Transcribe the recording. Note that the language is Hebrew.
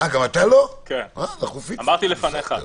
אמרתי לפניך.